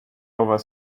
over